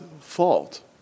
fault